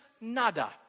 nada